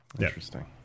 Interesting